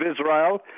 Israel